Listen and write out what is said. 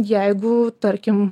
jeigu tarkim